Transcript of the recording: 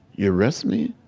you arrest me,